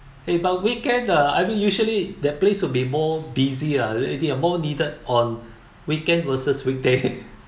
eh but weekend uh I mean usually the place would be more busy lah it it more needed on weekend versus weekday